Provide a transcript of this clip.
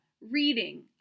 reading